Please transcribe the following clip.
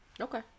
Okay